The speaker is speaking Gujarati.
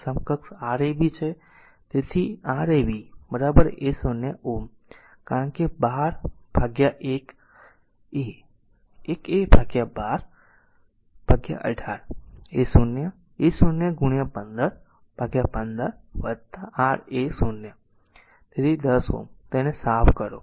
તેથી આ સમકક્ષ Rab છે તેથી Rab a0 Ω કારણ કે 12 by 1a 1a to 12 by an 18 a0 a0 into 15 by 15 r a0 તેથી 10 Ω તેથી તેને સાફ કરો